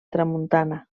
tramuntana